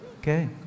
Okay